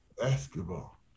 basketball